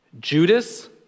Judas